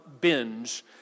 binge